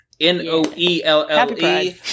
N-O-E-L-L-E